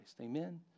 Amen